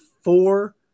four